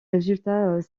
résultat